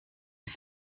his